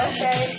Okay